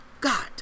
God